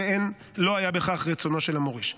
כשיוכח שלא היה בהכרח רצונו של המוריש.